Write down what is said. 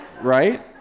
right